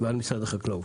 ועל משרד החקלאות.